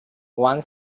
one